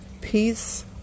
peace